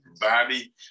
body